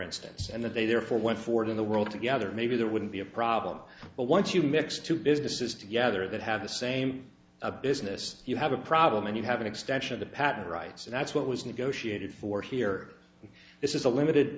instance and that they therefore went for it in the world together maybe there wouldn't be a problem but once you mix two businesses together that have the same a business you have a problem and you have an extension of the right so that's what was negotiated for here this is a limited